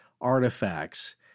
artifacts